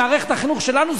במערכת החינוך שלנו,